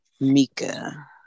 mika